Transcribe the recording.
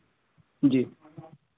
जी